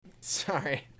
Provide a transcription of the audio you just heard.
Sorry